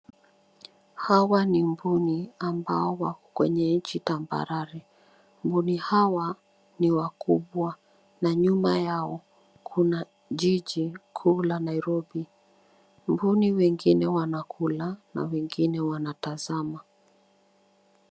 Hawa ni mbuni ambao wako kwenye nchi tambarare. Mbuni hawa ni wakubwa na nyuma yao kuna jiji kuu la Nairobi. Mbuni wengine wanakula, na wengine wanatazama.